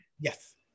Yes